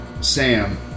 Sam